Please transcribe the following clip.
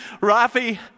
Rafi